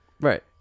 Right